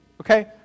okay